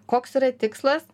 koks yra tikslas